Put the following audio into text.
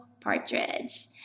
Partridge